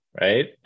right